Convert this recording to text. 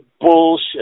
Bullshit